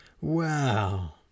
Wow